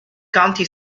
county